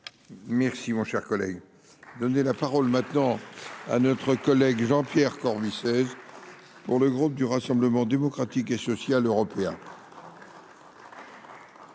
Merci mon cher collègue. Donner la parole maintenant à notre collègue Jean-Pierre. Pour le groupe du Rassemblement démocratique et social européen.